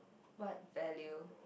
what value